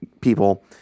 people